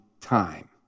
time